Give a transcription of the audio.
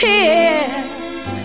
Tears